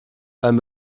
beim